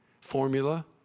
formula